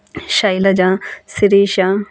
Shailaja Sirisha